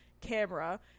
camera